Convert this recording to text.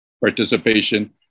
participation